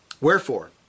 wherefore